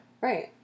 Right